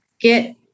get